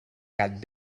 gat